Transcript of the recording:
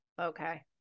Okay